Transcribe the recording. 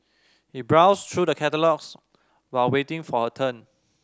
she browsed through the catalogues while waiting for her turn